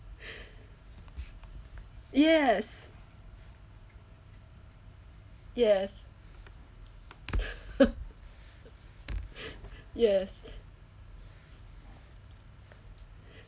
yes yes yes